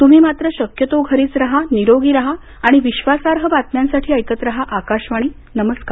तुम्ही मात्र शक्यतो घरीच राहा निरोगी राहा आणि विश्वासार्ह बातम्यांसाठी ऐकत राहा आकाशवाणी नमस्कार